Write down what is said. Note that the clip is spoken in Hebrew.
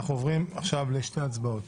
אנחנו עוברים לשתי הצבעות.